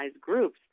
groups